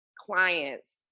clients